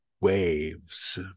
waves